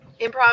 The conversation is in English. improv